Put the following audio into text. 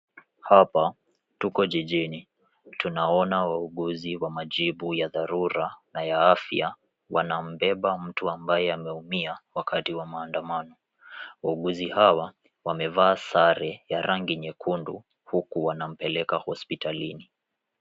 Hapa tuko jijini tunaona wauguzi wa majibu ya dharura na ya afya. Wanambeba mtu ambaye ameumia wakati wa maandamano .Wauguzi hawa wamevaa sare ya rangi nyekundu huku wanampeleka hospitalini.